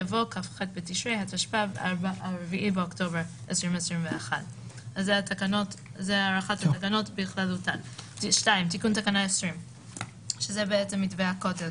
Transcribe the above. יבוא "כ"ח בתשרי התשפ"ב (4 באוקטובר 2021). תיקון תקנה 20 בתקנה 20